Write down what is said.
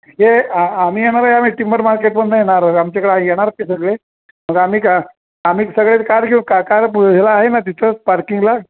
हे आम्ही येणार आहे आम्ही तिंबर मार्केट पण ना येणार आहो आमच्याकडे येणार ते सगळे मग आम्ही आम्ही सगळे कार घेऊन का कार ह्याला आहे ना तिथंच पार्किंगला